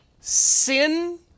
sin